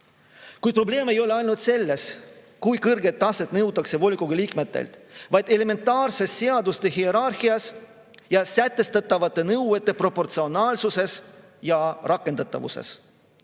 Kuid probleem ei ole ainult selles, kui kõrget taset nõutakse volikogu liikmetelt, vaid elementaarses seaduste hierarhias ja sätestatavate nõuete proportsionaalsuses ja rakendatavuses.